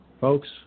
Folks